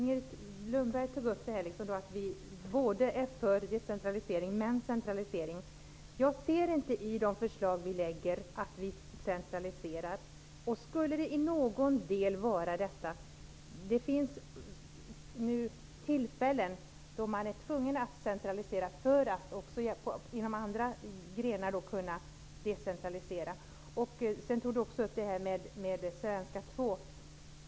Herr talman! Inger Lundberg tog upp detta att vi är både för decentralisering och för centralisering. Jag anser inte att de förslag vi lägger fram innebär en centralisering. Men om det i några del skulle vara så, beror det på att det finns tillfällen då det är tvunget att centralisera för att kunna decentralisera inom andra grenar. Vidare tog Inger Lundberg upp frågan om svenska 2.